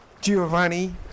Giovanni